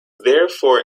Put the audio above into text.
therefore